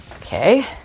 okay